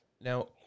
now